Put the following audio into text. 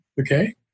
okay